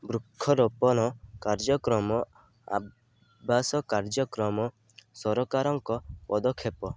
ବୃକ୍ଷରୋପଣ କାର୍ଯ୍ୟକ୍ରମ ଆଭାସ କାର୍ଯ୍ୟକ୍ରମ ସରକାରଙ୍କ ପଦକ୍ଷେପ